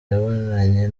yabonanye